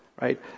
Right